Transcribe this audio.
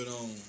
on